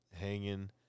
hanging